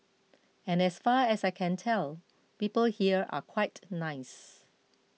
and as far as I can tell people here are quite nice